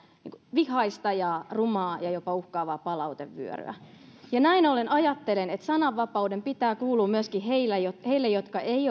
vihaista ja rumaa ja jopa uhkaava palautevyöryä ja näin ollen ajattelen että sananvapauden pitää kuulua myöskin heille jotka eivät